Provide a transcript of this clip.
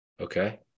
Okay